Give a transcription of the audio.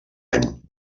any